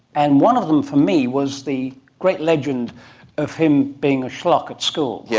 and one of them for me was the great legend of him being a schlock at school, yeah